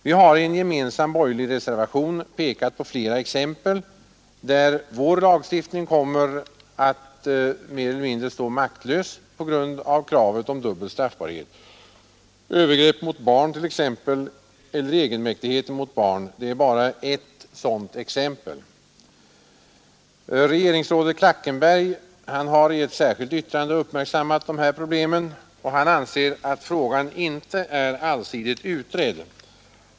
Vi har i en gemensam borgerlig reservation pekat på flera exempel där vår lagstiftning kommer att stå mer eller mindre maktlös på grund av kravet på dubbel straffbarhet. Övergrepp mot barn eller egenmäktighet mot barn är bara ett sådant exempel. Regeringsrådet Klackenberg har i ett särskilt yttrande uppmärksammat de här problemen. Han anser att frågan inte är allsidigt utredd.